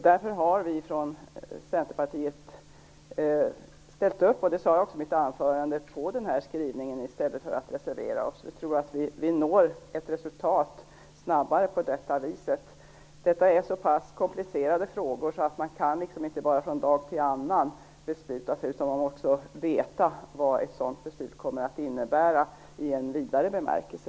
Därför har vi i centerpartiet, som jag sade i mitt anförande, ställt oss bakom majoritetens skrivning i stället för att reservera oss. Vi tror att vi på det sättet snabbare når ett resultat. Här är det fråga om så pass komplicerade frågor att man inte kan besluta sig från dag till annan, utan man måste veta vad besluten kommer att innebära i vidare bemärkelse.